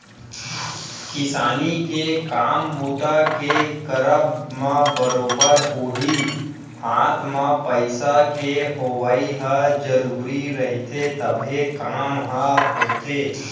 किसानी के काम बूता के करब म बरोबर होही हात म पइसा के होवइ ह जरुरी रहिथे तभे काम ह होथे